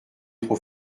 trop